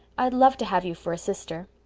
i'd love to have you for a sister.